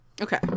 Okay